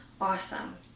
Awesome